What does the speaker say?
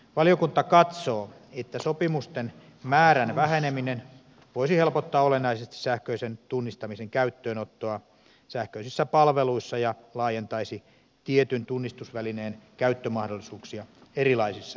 valiokunta katsoo että sopimusten määrän väheneminen voisi helpottaa olennaisesti sähköisen tunnistamisen käyttöönottoa sähköisissä palveluissa ja laajentaisi tietyn tunnistusvälineen käyttömahdollisuuksia erilaisissa sähköisissä palveluissa